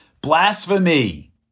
Blasphemy